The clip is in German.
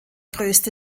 größte